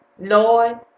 Lord